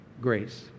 grace